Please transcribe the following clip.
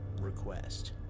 request